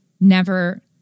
never-